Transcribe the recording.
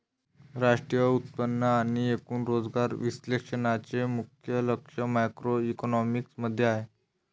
राष्ट्रीय उत्पन्न आणि एकूण रोजगार विश्लेषणाचे मुख्य लक्ष मॅक्रोइकॉनॉमिक्स मध्ये आहे